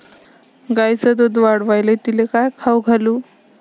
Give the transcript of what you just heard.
गायीचं दुध वाढवायले तिले काय खाऊ घालू?